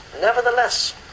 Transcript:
nevertheless